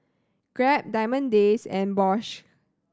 Grab Diamond Days and Bosch